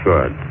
Good